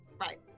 Right